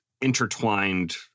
intertwined